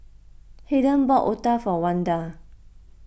Hayden bought Otah for Wanda